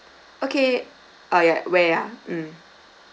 okay uh ya where ah mm